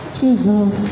Jesus